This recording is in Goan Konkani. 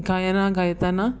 गायनां गायताना